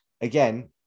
again